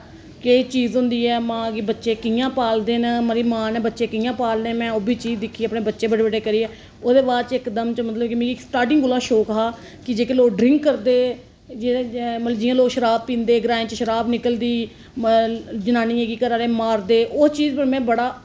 केह् चीज़ होंदी ऐ मां दे बच्चे ते कि'यां पालदे न मतलब कि मां ने बच्चे पालने में ओह् बी चीज़ दिक्खी ऐ बड्डे बड्डे करियै ओह्दे बाद मिगी इक दम च मतलब कि मिगी स्टार्टिंग बिच्च शौक हा कि जेह्के लोग ड्रिंक करदे जेह्ड़े मतलब जियां लोक शराब पींदे ग्राएं च शराब निकलदी जनानियें गी घरै आह्ले मारदे ओह् चीज़ गी में बड़ा